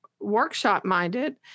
workshop-minded